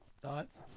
Thoughts